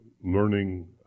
learning